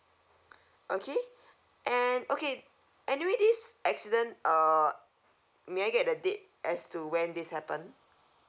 okay and okay anyway this accident uh may I get the date as to when this happened